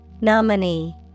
Nominee